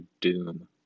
Doom